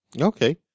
Okay